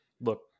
look